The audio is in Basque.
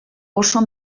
oso